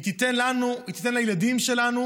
היא תיתן לנו, היא תיתן לילדים שלנו,